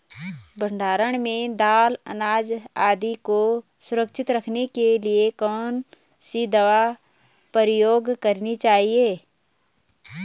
भण्डारण में दाल अनाज आदि को सुरक्षित रखने के लिए कौन सी दवा प्रयोग करनी चाहिए?